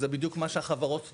זה בדיוק מה שהחברות תוקפות.